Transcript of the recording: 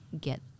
get